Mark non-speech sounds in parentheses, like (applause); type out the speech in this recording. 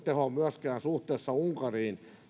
(unintelligible) tehoa myöskään suhteessa unkariin